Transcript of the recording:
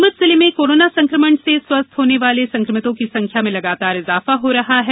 नीमच जिले में कोरोना संक्रमण से स्वस्थ होने वाले व्यक्तियों की संख्या में लगातार इजाफा हो रहा है